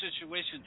situation